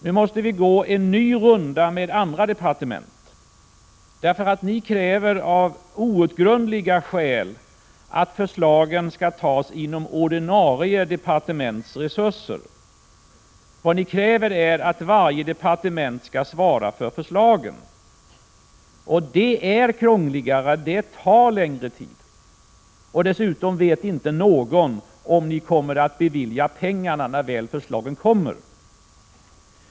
Nu måste vi gå en ny runda med andra departement, för ni kräver, av outgrundliga skäl, att pengarna till förslagen skall tas från ordinarie departements resurser. Vad ni kräver är att varje departement skall svara för förslagen. Och det är krångligare och tar längre tid. Dessutom vet inte någon om ni kommer att bevilja pengarna när förslagen väl kommer.